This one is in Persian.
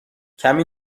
کمی